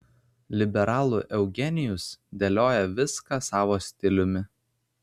liberalų eugenijus dėlioja viską savo stiliumi